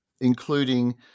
including